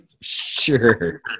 Sure